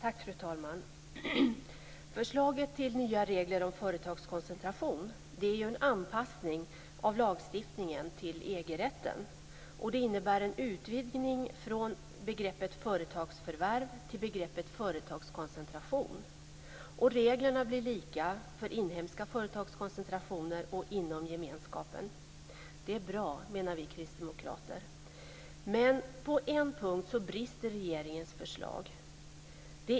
Fru talman! Förslaget till nya regler om företagskoncentration är en anpassning av lagstiftningen till EG-rätten och innebär en utvidgning från begreppet företagsförvärv till begreppet företagskoncentration. Reglerna blir lika för inhemska företagskoncentrationer och företagskoncentrationer inom gemenskapen. Det är bra, menar vi kristdemokrater. Men på en punkt brister regeringens förslag.